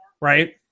right